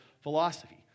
philosophy